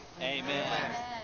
Amen